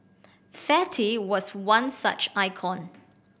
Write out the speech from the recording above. fatty was one such icon